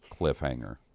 cliffhanger